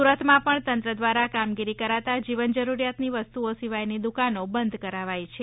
સુરતમા પણ તંત્ર દ્વારા કામગીરી કરાતા જીવનજરૂરિયાતની વસ્તુઓ સિવાયની દુકાનો બંધ કરાવાઇ છે